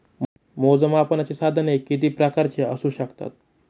मोजमापनाची साधने किती प्रकारची असू शकतात?